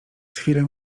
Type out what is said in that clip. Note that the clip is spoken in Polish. chwilę